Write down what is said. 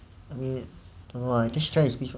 I mean I don't know lah just try this